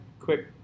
quick